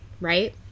right